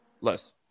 Less